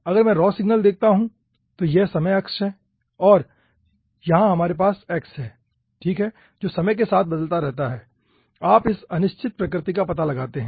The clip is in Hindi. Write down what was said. अगर मैं रॉ सिग्नल देखता हूं तो यह समय अक्ष है और यहां हमारे पास x है ठीक है जो समय के साथ बदलता रहता है आप इस अनिश्चित प्रकृति का पता लगाते हैं